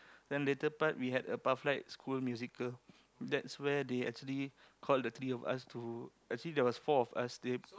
then later part we had a pathlight School musical that's where they actually call the three of us to actually there was four of us they